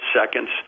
seconds